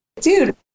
Dude